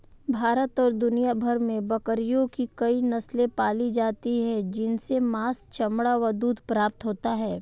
भारत और दुनिया भर में बकरियों की कई नस्ले पाली जाती हैं जिनसे मांस, चमड़ा व दूध प्राप्त होता है